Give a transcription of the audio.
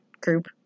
group